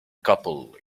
couple